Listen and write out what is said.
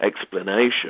explanation